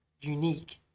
unique